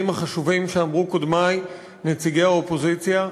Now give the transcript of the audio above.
החשובים שאמרו קודמי נציגי האופוזיציה.